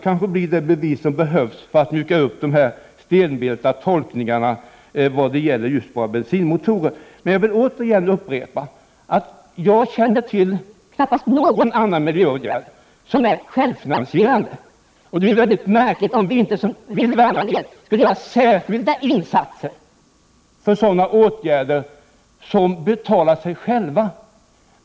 Kanske får vi då det bevis som behövs för att de stelbenta tolkningarna skall kunna mjukas upp vad gäller våra bensinmotorer. Jag vill upprepa att jag knappast känner till någon annan miljöåtgärd som är självfinansierande. Det är mycket märkligt om vi som vill värna miljön inte skulle göra särskilda insatser för sådana åtgärder som betalar sig själva.